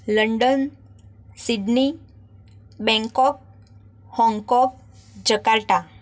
London Sydney Bangkok Hong Kong Jakarta